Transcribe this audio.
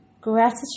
Gratitude